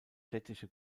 städtische